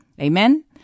Amen